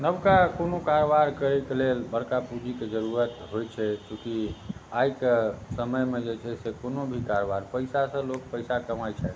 नबका कोनो कारबार करैके लेल बड़का पूँजीके जरूरत होइ छै चूँकि आइके समयमे जे छै से कोनो भी कारबार पइसासँ लोक पइसा कमाइ छथि